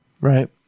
right